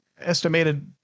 estimated